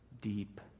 deep